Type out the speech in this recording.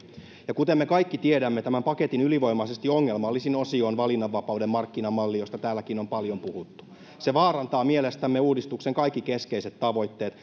ja kuten me kaikki tiedämme tämän paketin ylivoimaisesti ongelmallisin osio on valinnanvapauden markkinamalli josta täälläkin on paljon puhuttu se vaarantaa mielestämme uudistuksen kaikki keskeiset tavoitteet